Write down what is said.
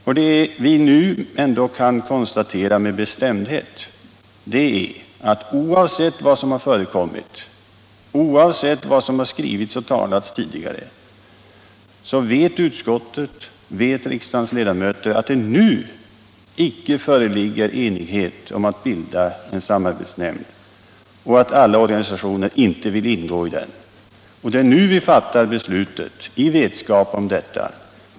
Vad vi nu med bestämdhet kan konstatera är att utskottet och riksdagens ledamöter — oavsett vad som tidigare har skrivits och sagts — vet att det nu icke föreligger enighet om att bilda en samar betsnämnd och att alla organisationer inte vill ingå i den. Och det är nu vi fattar beslutet, i vetskap om detta.